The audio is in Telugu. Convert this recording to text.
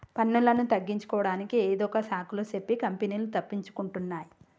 పన్నులను తగ్గించుకోడానికి ఏదొక సాకులు సెప్పి కంపెనీలు తప్పించుకుంటున్నాయ్